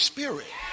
Spirit